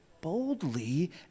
Boldly